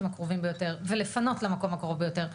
הקרובים ביותר ולפנות למקום הקרוב ביותר,